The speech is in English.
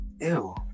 Ew